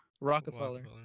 Rockefeller